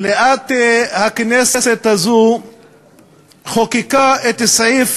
מליאת הכנסת הזאת חוקקה את סעיף